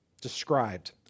described